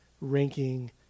ranking